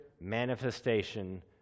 manifestation